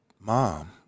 mom